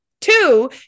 Two